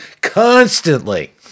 constantly